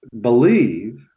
believe